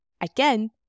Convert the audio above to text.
Again